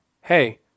hey